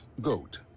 GOAT